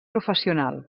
professional